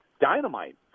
dynamite